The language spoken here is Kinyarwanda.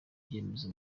icyemezo